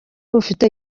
bufite